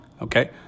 okay